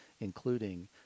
including